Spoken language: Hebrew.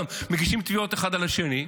גם מגישים תביעות אחד נגד השני,